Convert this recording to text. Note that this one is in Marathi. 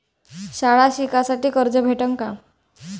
शाळा शिकासाठी कर्ज भेटन का?